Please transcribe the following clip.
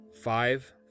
five